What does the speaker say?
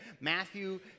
Matthew